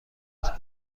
اما